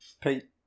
Pete